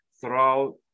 throughout